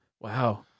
Wow